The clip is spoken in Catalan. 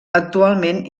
actualment